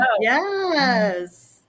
Yes